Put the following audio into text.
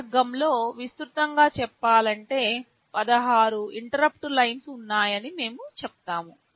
ఈ వర్గంలో విస్తృతంగా చెప్పాలంటే 16 ఇంటరుప్పుట్ లైన్స్ఉన్నాయని మేము చెప్తాము